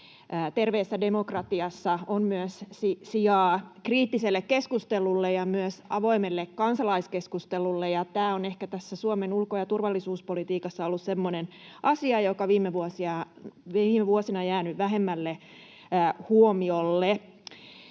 Terveessä demokratiassa on myös sijaa kriittiselle keskustelulle ja myös avoimelle kansalaiskeskustelulle, ja tämä on ehkä tässä Suomen ulko‑ ja turvallisuuspolitiikassa ollut semmoinen asia, joka viime vuosina on jäänyt vähemmälle huomiolle.